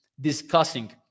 discussing